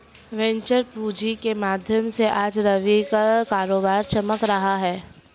venture पूँजी के माध्यम से आज रवि का कारोबार चमक रहा है